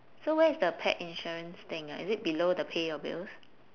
so where is the pet insurance thing ah is it below the pay your bills